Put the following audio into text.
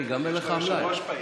יש לנו יושב-ראש פעיל.